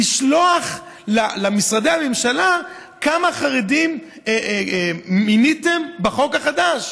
לשלוח למשרדי הממשלה כמה חרדים מיניתם בחוק החדש.